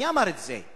מי אמר את זה?